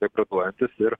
degraduojantis ir